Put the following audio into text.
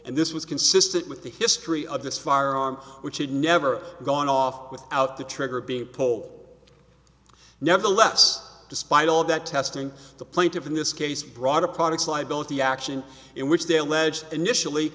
and this was consistent with the history of this firearm which had never gone off without the trigger being polled nevertheless despite all that testing the plaintiffs in this case brought a products liability action in which